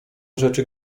rzeczy